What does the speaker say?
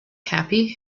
happy